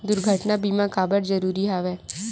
दुर्घटना बीमा काबर जरूरी हवय?